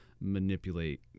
manipulate